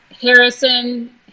harrison